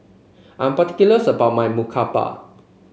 I'm particulars about my murtabak